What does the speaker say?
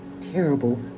terrible